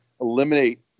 eliminate